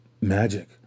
magic